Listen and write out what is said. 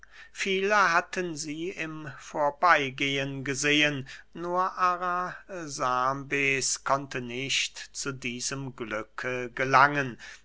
viele hatten sie im vorbeygehen gesehen nur arasambes konnte nicht zu diesem glücke gelangen